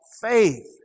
faith